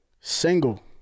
single